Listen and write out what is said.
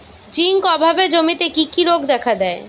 Zinc অভাবে জমিতে কি কি রোগ দেখাদেয়?